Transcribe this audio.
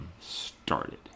started